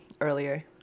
earlier